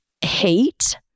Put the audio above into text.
hate